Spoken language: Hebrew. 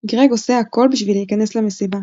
גרג עושה הכול בשביל להיכנס למסיבה.